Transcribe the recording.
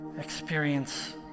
experience